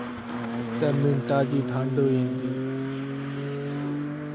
ते मिंट्टा च ही ठंड होई जंदी